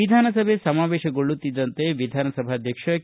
ವಿಧಾನಸಭೆ ಸಮಾವೇಶಗೊಳ್ಳುತ್ತಿದ್ದಂತೆ ವಿಧಾನಸಭಾಧ್ಯಕ್ಷ ಕೆ